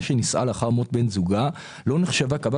שנישאה לאחר מות בן זוגה לא נחשבה כ...